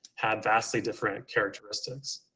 had vastly different characteristics.